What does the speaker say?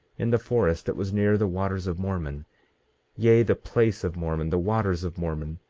in the forest that was near the waters of mormon yea, the place of mormon, the waters of mormon,